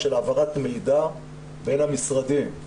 העברת מידע בין המשרדים.